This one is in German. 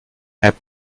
app